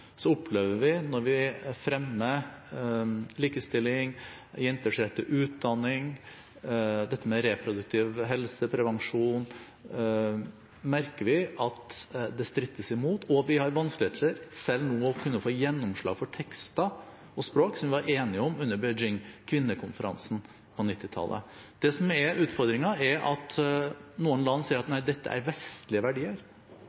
når vi fremmer likestilling, jenters rett til utdanning, dette med reproduktiv helse eller prevensjon, at det strittes imot, og vi har nå vanskeligheter med å kunne få gjennomslag for tekster og språk som vi var enige om under kvinnekonferansen i Beijing på 1990-tallet. Det som er utfordringen, er at noen land sier at dette er vestlige verdier.